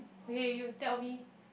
okay you tell me